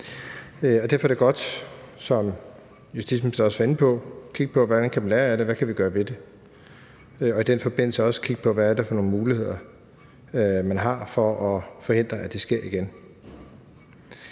Derfor er det godt, som justitsministeren også var inde på, at kigge på, hvad man kan lære af det, og hvad vi kan gøre ved det, og i den forbindelse også kigge på, hvad det er for nogle muligheder, man har, for at forhindre, at det sker igen.